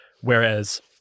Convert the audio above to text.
Whereas